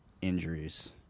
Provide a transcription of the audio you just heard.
injuries